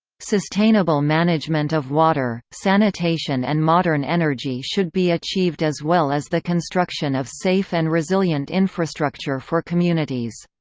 sustainable management of water, sanitation and modern energy should be achieved as well as the construction of safe and resilient infrastructure for communities.